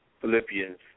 Philippians